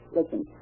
Listen